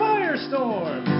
Firestorm